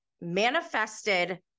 manifested